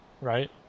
right